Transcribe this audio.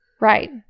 Right